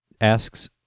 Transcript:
asks